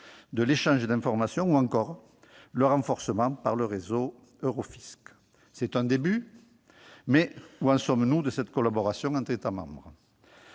de l'échange d'informations ou encore le renforcement du réseau Eurofisc- c'est un début. Mais où en sommes-nous de cette collaboration entre les États membres ?